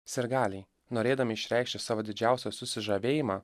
sirgaliai norėdami išreikšti savo didžiausią susižavėjimą